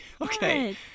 okay